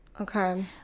Okay